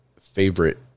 favorite